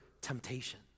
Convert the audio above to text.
temptation